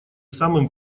самым